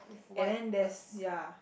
and then there's ya